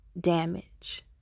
damage